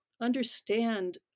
understand